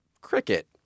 cricket